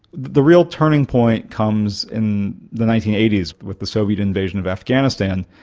the real turning point comes in the nineteen eighty s with the soviet invasion of afghanistan.